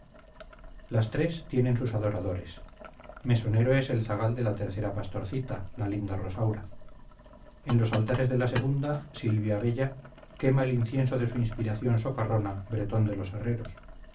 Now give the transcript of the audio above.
las tres tienen sus adoradores mesonero es el zagal de la tercera pastorcita la linda rosaura en los altares de la segunda silvia bella quema el incienso de su inspiración socarrona bretón de los herreros